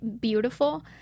beautiful